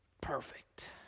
Perfect